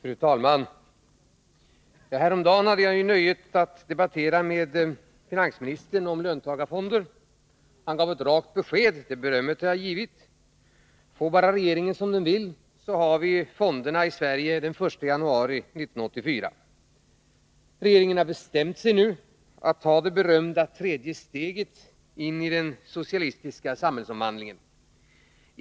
Fru talman! Häromdagen hade jag nöjet att debattera med finansministern om löntagarfonder. Han gav ett rakt besked — det berömmet har jag givit. Om regeringen får som den vill, har vi fonderna i Sverige den 1 januari 1984. Regeringen har nu bestämt sig för att ta det berömda tredje steget in i den socialistiska samhällsomvandlingen.